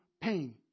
pain